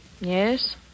Yes